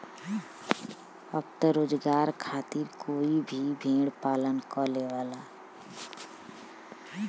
अब त रोजगार खातिर कोई भी भेड़ पालन कर लेवला